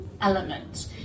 element